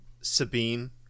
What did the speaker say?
Sabine